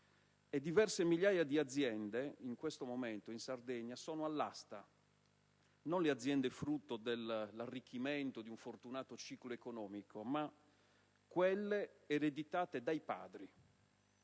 diverse migliaia di aziende in questo momento in Sardegna sono all'asta. Non le aziende frutto dell'arricchimento di un fortunato ciclo economico ma quelle ereditate dai padri,